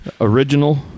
Original